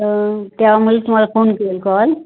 तर तेव्हा म्हणलं तुम्हाला फोन केला कॉल